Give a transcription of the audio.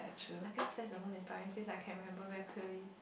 I guess that's among the entire series I can remember very clearly